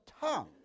tongue